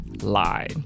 lie